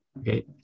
Okay